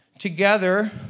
together